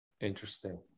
Interesting